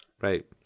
Right